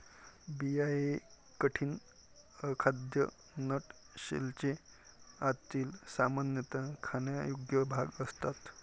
बिया हे कठीण, अखाद्य नट शेलचे आतील, सामान्यतः खाण्यायोग्य भाग असतात